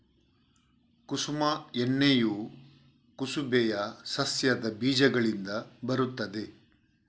ಕುಸುಮ ಎಣ್ಣೆಯು ಕುಸುಬೆಯ ಸಸ್ಯದ ಬೀಜಗಳಿಂದ ಬರುತ್ತದೆ